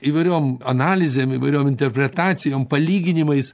įvairiom analizėm įvairiom interpretacijom palyginimais